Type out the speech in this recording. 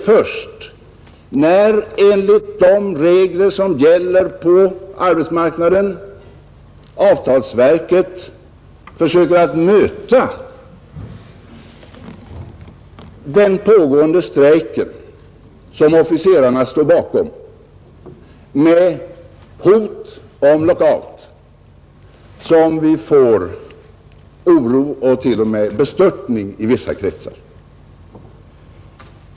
Först när, enligt de regler som gäller på arbetsmarknaden, avtalsverket försöker möta den pågående strejken, som officerarna står bakom, med hot om lockout, åstadkommer det oro och till och med bestörtning i vissa kretsar.